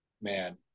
man